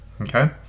okay